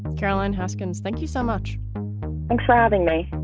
carolyn hoskins, thank you so much. thanks for having me